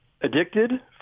addicted